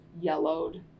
yellowed